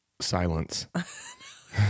silence